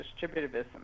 distributivism